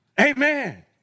Amen